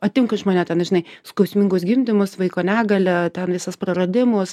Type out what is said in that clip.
atimk iš mane ten žinai skausmingus gimdymus vaiko negalią ten visas praradimus